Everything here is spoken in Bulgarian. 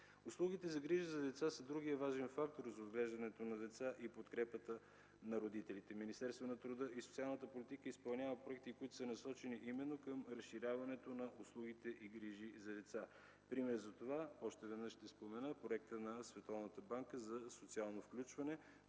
Услугите за грижа за деца са другият важен фактор за отглеждането на деца и подкрепата на родителите. Министерството на труда и социалната политика изпълнява проекти, насочени към разширяването на услугите и грижи за деца. Пример за това, още веднъж ще спомена, е проектът на Световната банка за социално включване